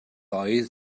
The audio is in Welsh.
oedd